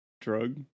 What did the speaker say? drug